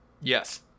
yes